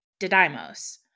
Didymos